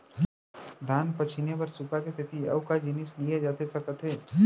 धान पछिने बर सुपा के सेती अऊ का जिनिस लिए जाथे सकत हे?